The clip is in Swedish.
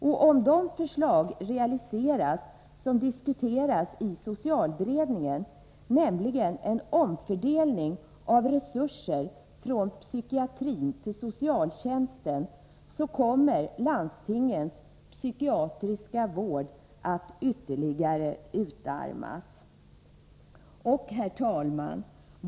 Och om de förslag realiseras som diskuteras i socialberedningen, nämligen en omfördelning av resurser från psykiatrin till socialtjänsten, kommer landstingens psykiatriska vård att ytterligare utarmas. Herr talman!